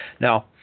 Now